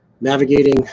navigating